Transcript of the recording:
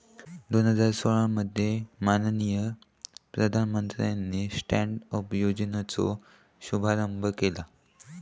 दोन हजार सोळा मध्ये माननीय प्रधानमंत्र्यानी स्टॅन्ड अप योजनेचो शुभारंभ केला